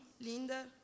Linda